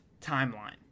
Timeline